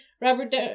Robert